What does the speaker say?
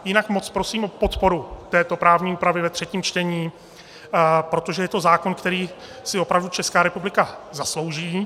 Jinak moc prosím o podporu této právní úpravy ve třetím čtení, protože je to zákon, který si opravdu Česká republika zaslouží.